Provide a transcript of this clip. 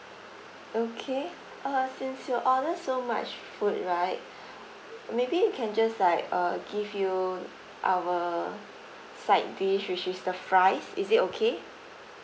okay uh since you order so much food right maybe we can just like uh give you our side dish which is the fries is it okay